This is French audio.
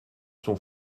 son